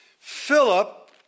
Philip